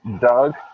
Doug